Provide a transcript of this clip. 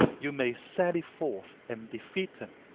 you may sally forth and defeat him.